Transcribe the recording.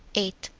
eight.